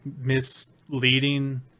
misleading